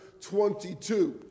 22